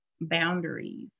boundaries